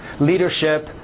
leadership